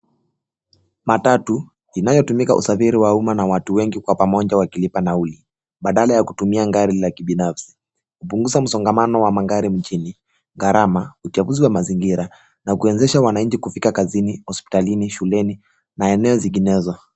Matatu inayotumika usafiri wa umma na watu wengi kwa pamoja wakilipa nauli, baadala ya kutumia gari la kibinafsi, kupunguza msongamano wa magari mjini, gharama, uchafuzi wa mazingira na kuwezesha wananchi kufika kazini, hospitalini, shuleni na eneo zinginezo.